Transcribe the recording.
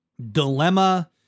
dilemma